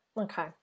Okay